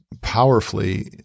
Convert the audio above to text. powerfully